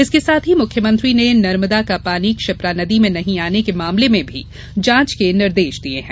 इसके साथ ही मुख्यमंत्री ने नर्मदा का पानी क्षिप्रा नदी में नहीं आने के मामले में भी जांच के निर्देश दिये हैं